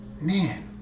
man